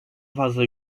fazla